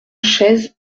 chaise